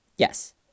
yes